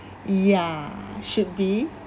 ya should be